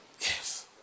Yes